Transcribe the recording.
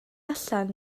allan